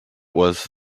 was